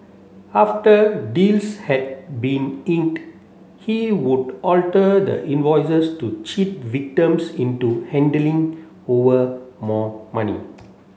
after deals had been inked he would alter the invoices to cheat victims into handling over more money